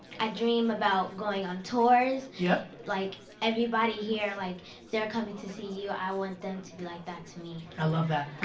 i dream about going on tours. yep. like everybody here like they're comin' to see you. i want them to be like that to me. i love that.